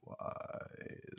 wise